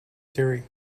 theory